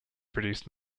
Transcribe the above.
produced